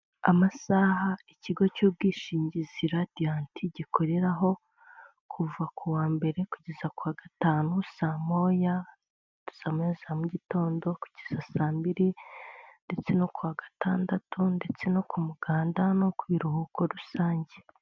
Amasaha ikigo cy'ubwishingizi radiyanti gikoreraho kuva kuwa mbere kugeza kuwa gatantu saa moya saa moya za mu igitondo kugeza saa mbiri ndetse no kuwa gatandatu, ndetse no ku umuganda ndetse no ku ibiruhuko rusange.